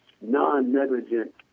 non-negligent